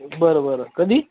बरं बरं कधी